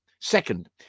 Second